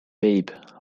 babe